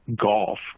golf